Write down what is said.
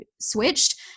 switched